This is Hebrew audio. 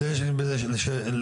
על מנת שנעזור.